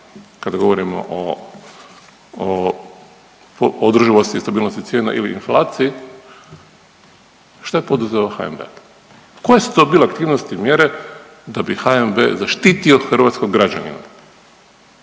kad govorimo o, o održivosti i stabilnosti cijena ili inflaciji, šta je poduzeo HNB, koje su to bile aktivnosti i mjere da bi HNB zaštitio hrvatskog građanina?